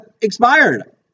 expired